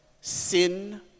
sin